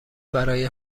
برای